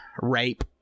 rape